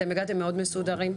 אתם הגעתם מאוד מסודרים.